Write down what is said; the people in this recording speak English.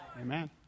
Amen